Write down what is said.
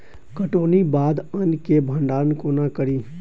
कटौनीक बाद अन्न केँ भंडारण कोना करी?